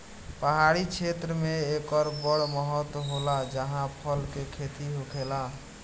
पहाड़ी क्षेत्र मे एकर बड़ महत्त्व होला जाहा फल के खेती होखेला